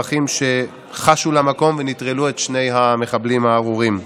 שחשו למקום וניטרלו את שני המחבלים הארורים.